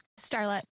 Starlet